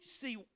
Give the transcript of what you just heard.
see